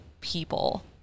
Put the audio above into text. people